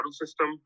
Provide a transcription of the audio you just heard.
system